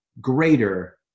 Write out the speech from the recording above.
greater